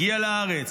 הגיע לארץ,